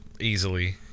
easily